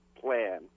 plan